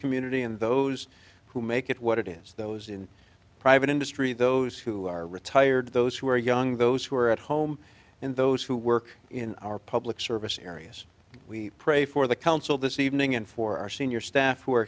community and those who make it what it is those in private industry those who are retired those who are young those who are at home in those who work in our public service areas we pray for the council this evening and for our senior staff w